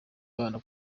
abana